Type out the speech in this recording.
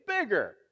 bigger